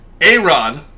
A-Rod